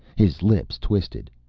his lips twisted.